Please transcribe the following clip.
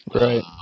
Right